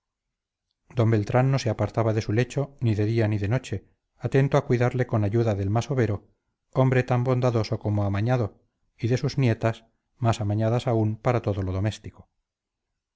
d beltrán no se apartaba de su lecho ni de día ni de noche atento a cuidarle con ayuda del masovero hombre tan bondadoso como amañado y de sus nietas más amañadas aún para todo lo doméstico